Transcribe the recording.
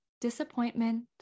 disappointment